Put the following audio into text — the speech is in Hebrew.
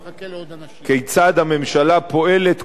כיצד הממשלה פועלת, כל הזמן,